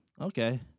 okay